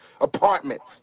apartments